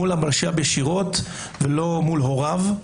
מול המלש"ב ישירות ולא מול הוריו.